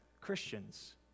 Christians